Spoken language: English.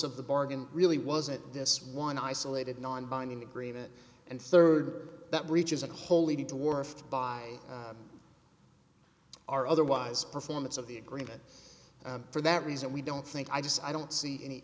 of the bargain really wasn't this one isolated non binding agreement and third that reaches a wholly to war if by our otherwise performance of the agreement for that reason we don't think i just i don't